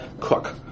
cook